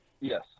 Yes